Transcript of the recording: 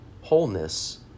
wholeness